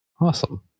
Awesome